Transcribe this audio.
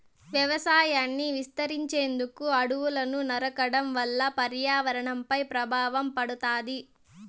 వ్యవసాయాన్ని విస్తరించేందుకు అడవులను నరకడం వల్ల పర్యావరణంపై ప్రభావం పడుతాది